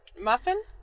muffin